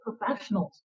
professionals